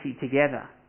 together